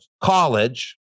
college